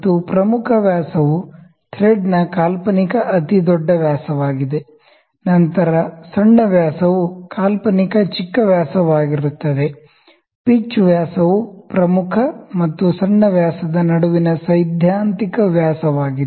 ಮತ್ತು ಪ್ರಮುಖ ವ್ಯಾಸವು ಥ್ರೆಡ್ನ ಕಾಲ್ಪನಿಕ ಅತಿದೊಡ್ಡ ವ್ಯಾಸವಾಗಿದೆ ನಂತರ ಸಣ್ಣ ವ್ಯಾಸವು ಕಾಲ್ಪನಿಕ ಚಿಕ್ಕ ವ್ಯಾಸವಾಗಿರುತ್ತದೆ ಪಿಚ್ ವ್ಯಾಸವು ಪ್ರಮುಖ ಮತ್ತು ಸಣ್ಣ ವ್ಯಾಸದ ನಡುವಿನ ಸೈದ್ಧಾಂತಿಕ ವ್ಯಾಸವಾಗಿದೆ